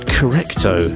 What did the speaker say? Correcto